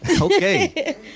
Okay